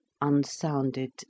unsounded